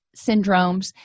syndromes